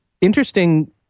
interesting